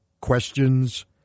Questions